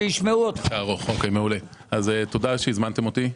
תודה שהזמנתם אותי,